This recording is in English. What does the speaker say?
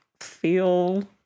feel